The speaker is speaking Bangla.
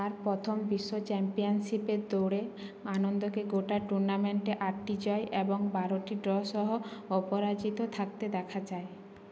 তার প্রথম বিশ্ব চ্যাম্পিয়ানশিপের দৌড়ে আনন্দকে গোটা টুর্নামেন্টে আটটি জয় এবং বারোটি ড্র সহ অপরাজিত থাকতে দেখা যায়